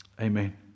Amen